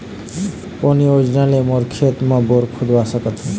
कोन योजना ले मोर खेत मा बोर खुदवा सकथों?